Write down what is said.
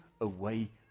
away